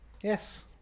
Yes